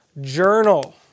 Journal